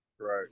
Right